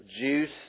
juice